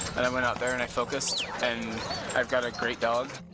and i went out there and i focused, and i've got a great dog.